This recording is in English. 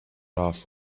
off